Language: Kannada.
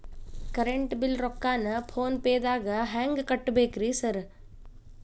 ಕರೆಂಟ್ ಬಿಲ್ ರೊಕ್ಕಾನ ಫೋನ್ ಪೇದಾಗ ಹೆಂಗ್ ಕಟ್ಟಬೇಕ್ರಿ ಸರ್?